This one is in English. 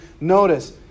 Notice